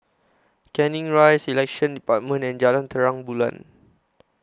Canning Rise Elections department and Jalan Terang Bulan